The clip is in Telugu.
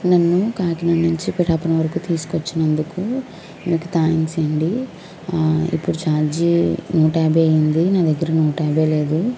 నన్ను కాకినాడ నుంచి పిఠాపురం వరకు తీసుకు వచ్చినందుకు మీకు థ్యాంక్స్ అండి ఆ ఇప్పుడు చార్జి నూట యాభై అయ్యింది నా దగ్గర నూట యాభై లేదు